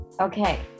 okay